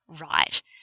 right